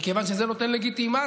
מכיוון שזה נותן לגיטימציה,